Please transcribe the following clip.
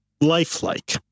lifelike